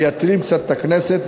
מייתרים קצת את הכנסת,